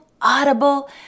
audible